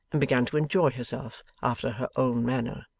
and began to enjoy herself after her own manner.